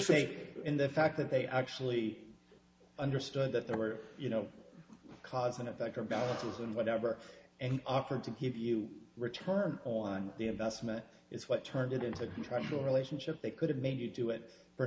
faith in the fact that they actually understood that there were you know cause and effect or balances and whatever and offered to give you return on the investment is what turned it into a contractual relationship they could have made you do it for